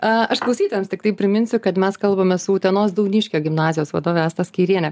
a aš klausytojams tiktai priminsiu kad mes kalbame su utenos dauniškio gimnazijos vadove asta skeiriene